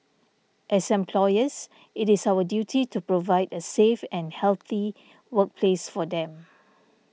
as employers it is our duty to provide a safe and healthy workplace for them